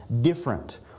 different